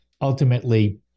Ultimately